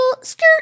skirt